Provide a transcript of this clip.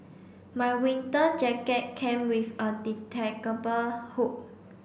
my winter jacket came with a hook